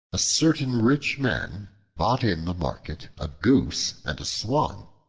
a certain rich man bought in the market a goose and a swan.